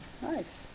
Nice